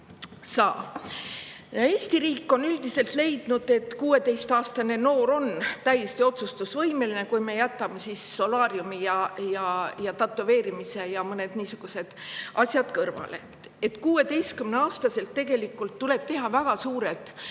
saa. Eesti riik on üldiselt leidnud, et 16-aastane noor on täiesti otsustusvõimeline, kui me jätame solaariumi ja tätoveerimise ja mõned niisugused asjad kõrvale. 16-aastaselt tuleb tegelikult teha väga suured